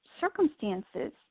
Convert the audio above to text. circumstances